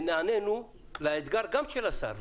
ונענינו לאתגר גם של השר,